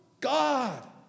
God